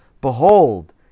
behold